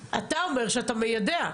הזה?